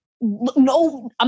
no